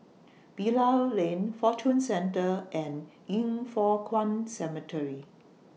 Bilal Lane Fortune Centre and Yin Foh Kuan Cemetery